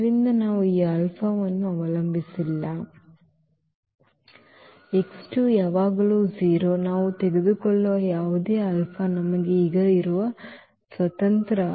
ಆದ್ದರಿಂದ ನಾವು ಈ ಆಲ್ಫಾವನ್ನು ಅವಲಂಬಿಸಿಲ್ಲ x 2 ಯಾವಾಗಲೂ 0 ನಾವು ತೆಗೆದುಕೊಳ್ಳುವ ಯಾವುದೇ ಆಲ್ಫಾ ನಮಗೆ ಈಗ ಇರುವ ಸ್ವಾತಂತ್ರ್ಯ